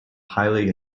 highly